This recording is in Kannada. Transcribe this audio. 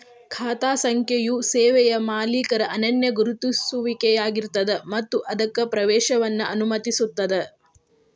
ಖಾತಾ ಸಂಖ್ಯೆಯು ಸೇವೆಯ ಮಾಲೇಕರ ಅನನ್ಯ ಗುರುತಿಸುವಿಕೆಯಾಗಿರ್ತದ ಮತ್ತ ಅದಕ್ಕ ಪ್ರವೇಶವನ್ನ ಅನುಮತಿಸುತ್ತದ